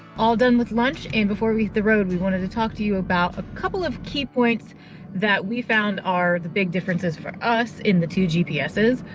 all done with lunch. and before we hit the road, we wanted to talk to you about a couple of key points that we found are the big differences for us in the two gpss.